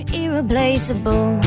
irreplaceable